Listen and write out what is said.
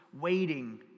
waiting